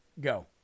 go